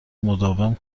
مداوم